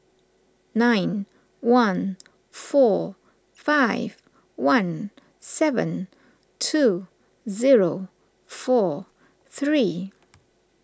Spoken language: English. nine one four five one seven two zero four three